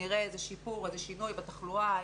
נראה איזה שיפור או שינוי בתחלואה.